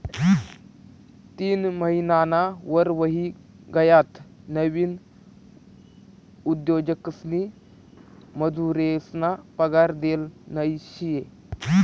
तीन महिनाना वर व्हयी गयात नवीन उद्योजकसनी मजुरेसना पगार देल नयी शे